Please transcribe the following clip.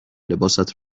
لباست